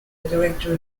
director